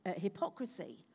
hypocrisy